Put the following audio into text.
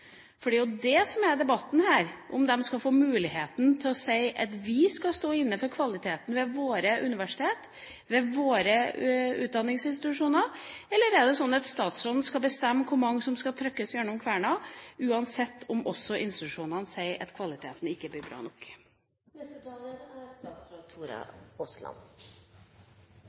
For det er jo det som er debatten her, om de skal få muligheten til å si at vi skal stå inne for kvaliteten ved våre universiteter, ved våre utdanningsinstitusjoner. Eller er det sånn at statsråden skal bestemme hvor mange som skal trykkes gjennom kverna, uansett om også institusjonene sier at kvaliteten ikke blir bra nok? Jeg vil presisere at det er